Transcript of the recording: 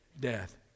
death